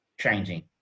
changing